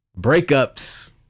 Breakups